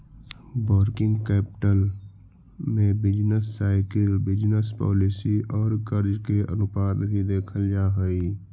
working capital में business cycle business policy औउर कर्ज के अनुपात भी देखल जा हई